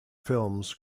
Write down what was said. films